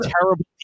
terrible